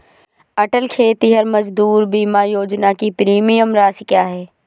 अटल खेतिहर मजदूर बीमा योजना की प्रीमियम राशि क्या है?